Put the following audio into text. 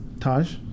Taj